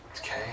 Okay